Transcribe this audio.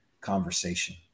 conversation